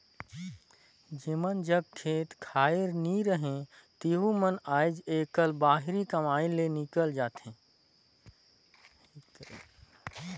जेमन जग खेत खाएर नी रहें तेहू मन आएज काएल बाहिरे कमाए ले हिकेल जाथें